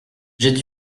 j’ai